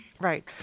Right